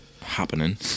happening